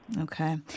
Okay